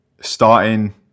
starting